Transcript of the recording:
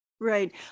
Right